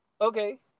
Okay